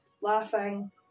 laughing